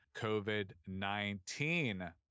COVID-19